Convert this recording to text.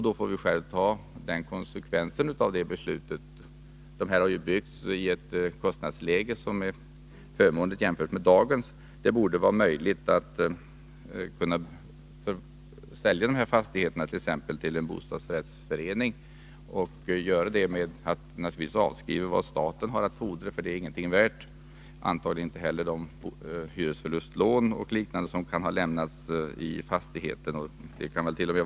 Då får man ta konsekvenserna av det beslutet. Husen har ju byggts då kostnadsläget var förmånligt jämfört med dagens. Det borde därför vara möjligt att försälja en sådan fastighet till en bostadsrättsförening. Man får då naturligtvis avskriva det som staten har att fordra, för det är ingenting värt. Det är antagligen inte heller de hyresförlustlån och liknande som kan ha lämnats. Det kant.o.m.